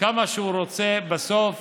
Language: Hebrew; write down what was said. כמה שהוא רוצה, בסוף